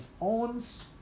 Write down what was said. owns